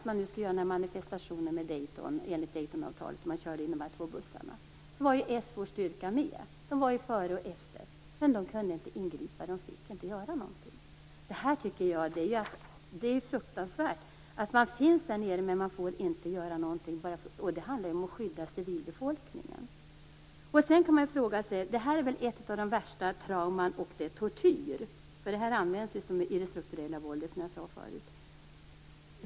Man gjorde en manifestation enligt styrkan var med, både före och efter. Men den kunde inte ingripa. Den fick inte göra någonting. Det tycker jag är fruktansvärt. Den finns där, men den får inte göra någonting. Det handlar ju om att skydda civilbefolkningen. Det här är ett av de värsta trauman. Det är tortyr. Det används i det strukturella våldet, som jag sade förut.